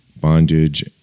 bondage